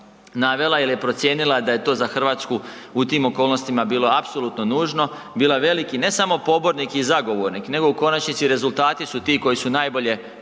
jer je procijenila da je to za RH u tim okolnostima bilo apsolutno nužno, bila veliki ne samo pobornik i zagovornik, nego u konačnici i rezultati su ti koji su najbolje